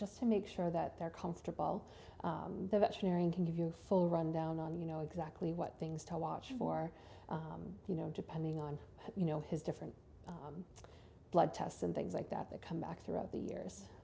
just to make sure that they're comfortable the veterinarian can give you full rundown on you know exactly what things to watch for you know depending on you know his different blood tests and things like that to come back throughout the years